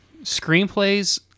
Screenplays